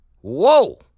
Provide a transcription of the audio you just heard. whoa